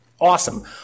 awesome